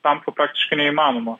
tampa praktiškai neįmanoma